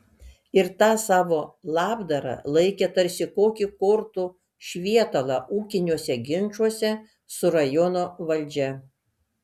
ir tą savo labdarą laikė tarsi kokį kortų švietalą ūkiniuose ginčuose su rajono valdžia